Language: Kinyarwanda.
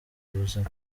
ubuzima